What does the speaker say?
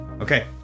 Okay